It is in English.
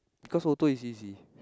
because auto is easy